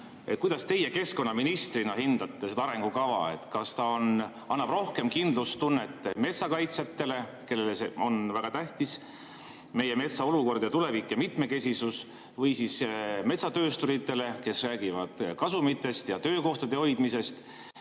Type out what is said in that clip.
Kuidas teie keskkonnaministrina hindate seda arengukava? Kas ta annab rohkem kindlustunnet metsakaitsjatele, kellele on väga tähtis meie metsa olukord, tulevik ja mitmekesisus, või metsatöösturitele, kes räägivad kasumitest ja töökohtade hoidmisest?